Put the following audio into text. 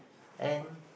and